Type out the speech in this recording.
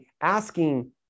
asking